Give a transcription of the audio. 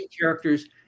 characters